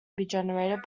generated